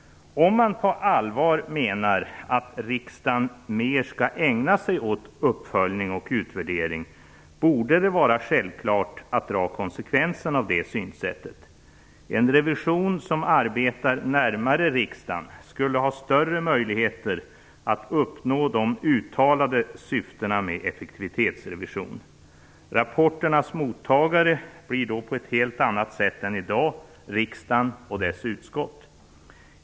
Om man på allvar menar att riksdagen mer skall ägna sig år uppföljning och utvärdering, borde det vara självklart att dra konsekvenser att det synsättet. En revision som arbetar närmare riksdagen skulle ha större möjligheter att uppnå de uttalade syftena med effektivitetsrevision. Rapporternas mottagare blir då på ett helt annat sätt än i dag riksdagen och dess utskott.